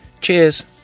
Cheers